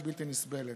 היא בלתי נסבלת.